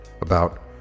About